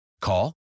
Call